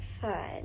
fun